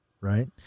right